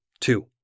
two